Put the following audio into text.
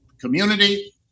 community